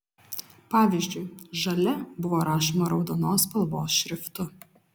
pavyzdžiui žalia buvo rašoma raudonos spalvos šriftu